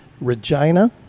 Regina